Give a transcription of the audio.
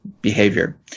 behavior